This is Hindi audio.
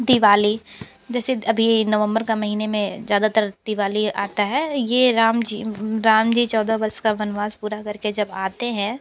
दिवाली जैसे अभी नवंबर का महीने में ज़्यादातर दिवाली आता है ये राम जी राम जी चौदह वर्ष का वनवास पूरा करके जब आते हैं